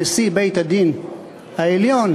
נשיא בית-הדין הגדול,